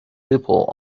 people